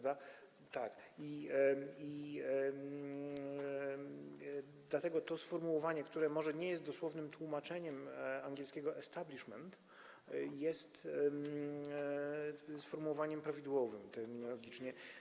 Dlatego to sformułowanie, które może nie jest dosłownym tłumaczeniem angielskiego „establishment”, jest sformułowaniem prawidłowym terminologicznie.